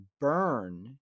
burn